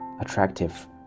attractive